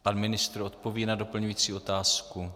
Pan ministr odpoví na doplňující otázku.